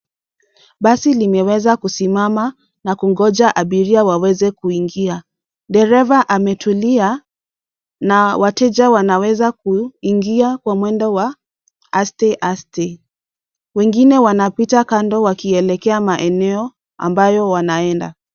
Basi limeweza kusimama na kungoja abiria waweze kuingia. Dereva ametulia na wateja wanaweza kuingia kwa mwendo wa aste aste. Wengine wanapita kando wakielekea maeneo ambayo wanaenda.